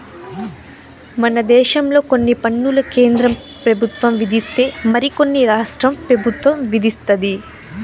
మన దేశంలో కొన్ని పన్నులు కేంద్ర పెబుత్వం విధిస్తే మరి కొన్ని రాష్ట్ర పెబుత్వం విదిస్తది